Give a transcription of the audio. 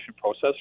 process